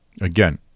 Again